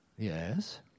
yes